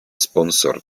sponsor